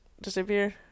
disappear